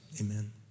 amen